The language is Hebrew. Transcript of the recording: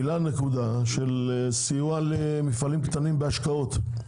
הועלתה נקודה של סיוע למפעלים קטנים בהשקעות.